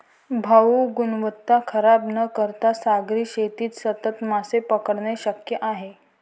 भाऊ, गुणवत्ता खराब न करता सागरी शेतीत सतत मासे पकडणे शक्य आहे